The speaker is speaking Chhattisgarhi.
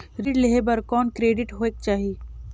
ऋण लेहे बर कौन क्रेडिट होयक चाही?